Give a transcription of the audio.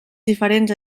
diferents